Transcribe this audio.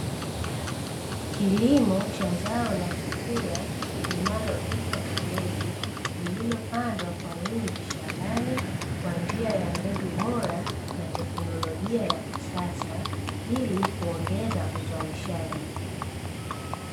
Kilimo cha zao la chakula linaloitwa kabeji lililopandwa kwa wingi shambani kwa njia ya mbegu bora na teknolojia ya kisasa ili kuongeza uzalishaji.